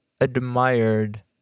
admired